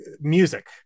music